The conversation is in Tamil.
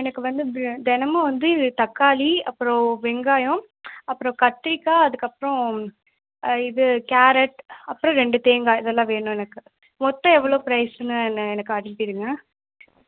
எனக்கு வந்து து தினமும் வந்து தக்காளி அப்புறம் வெங்காயம் அப்புறம் கத்திரிக்காய் அதுக்கப்புறோம் இது கேரட் அப்புறோம் ரெண்டு தேங்காய் இதெல்லாம் வேணும் எனக்கு மொத்தம் எவ்வளோ ப்ரைஸுனு ந எனக்கு அனுப்பிவிடுங்க